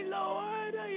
Lord